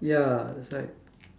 ya it's like